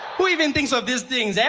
who even thinks ah these things, yeah